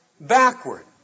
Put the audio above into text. backward